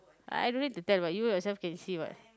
I I don't need to tell but you yourself can see what